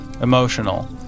emotional